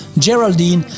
Geraldine